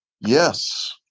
yes